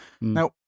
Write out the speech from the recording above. Now